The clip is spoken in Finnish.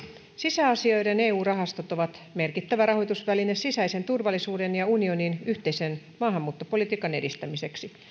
sisäasioiden eu rahastot ovat merkittävä rahoitusväline sisäisen turvallisuuden ja unionin yhteisen maahanmuuttopolitiikan edistämiseksi